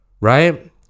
right